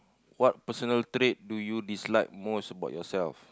what personal trait do you dislike most about yourself